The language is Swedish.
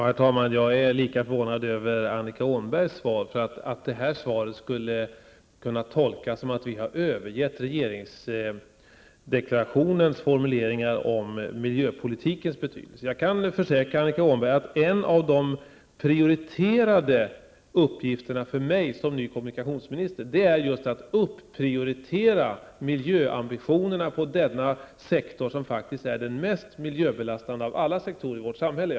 Herr talman! Jag är lika förvånad över Annika Åhnbergs påståenden att det här svaret skulle kunna tolkas så att vi har övergivit regeringsdeklarationens formuleringar om miljöpolitikens betydelse. Jag kan försäkra Annika Åhnberg att en av de prioriterade uppgifterna för mig som ny kommunikationsminister är just att ''upprioritera'' miljöambitionerna på denna sektor, som faktiskt är den mest miljöbelastande av alla sektorer i vårt samhälle.